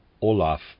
Olaf